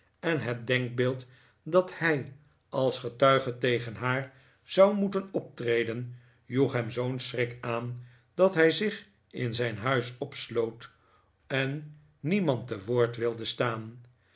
en het denkbeeld dat hij als getuige tegen haar zou moeten optreden joeg hem zoo'n schrik aan dat hij zich in zijn huis opsloot en niemand te woord wilde staan